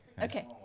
Okay